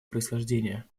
происхождения